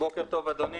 בוקר טוב, אדוני.